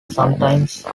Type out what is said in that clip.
sometimes